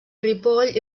ripoll